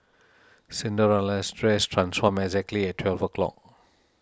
Cinderella's dress transformed exactly at twelve o' clock